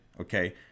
okay